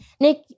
Nick